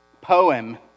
Poem